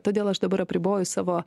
todėl aš dabar apriboju savo